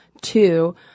two